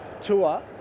tour